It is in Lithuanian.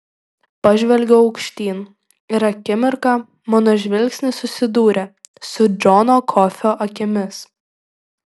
pažvelgiau aukštyn ir akimirką mano žvilgsnis susidūrė su džono kofio akimis